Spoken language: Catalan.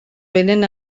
vénen